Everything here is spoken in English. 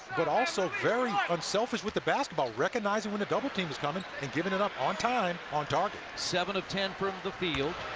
but also very unselfish with the basketball, recognizing when the double-team is coming and giving it up on time, on target. seven of ten from the field.